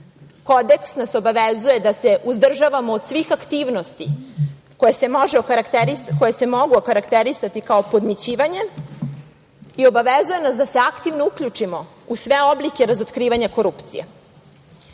nas obavezuje da se uzdržavamo od svih aktivnosti koje se mogu okarakterisati kao podmićivanje i obavezuje nas da se aktivno uključimo u sve oblike razotkrivanja korupcije. Kodeksom